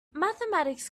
mathematics